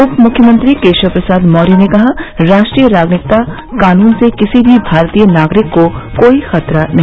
उप मुख्यमंत्री केशव प्रसाद मौर्य ने कहा राष्ट्रीय नागरिकता कानून से किसी भी भारतीय नागरिक को कोई खतरा नहीं